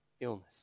illness